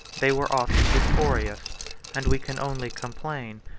they were often victorious and we can only complain,